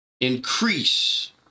Increase